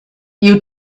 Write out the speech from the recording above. you